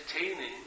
entertaining